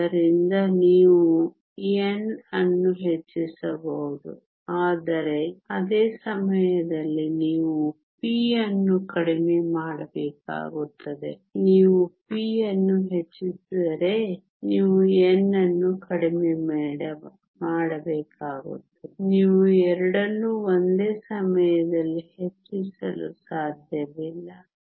ಆದ್ದರಿಂದ ನೀವು n ಅನ್ನು ಹೆಚ್ಚಿಸಬಹುದು ಆದರೆ ಅದೇ ಸಮಯದಲ್ಲಿ ನೀವು p ಅನ್ನು ಕಡಿಮೆ ಮಾಡಬೇಕಾಗುತ್ತದೆ ನೀವು p ಅನ್ನು ಹೆಚ್ಚಿಸಿದರೆ ನೀವು n ಅನ್ನು ಕಡಿಮೆ ಮಾಡಬೇಕಾಗುತ್ತದೆ ನೀವು ಎರಡನ್ನೂ ಒಂದೇ ಸಮಯದಲ್ಲಿ ಹೆಚ್ಚಿಸಲು ಸಾಧ್ಯವಿಲ್ಲ